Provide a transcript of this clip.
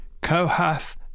Kohath